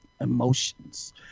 emotions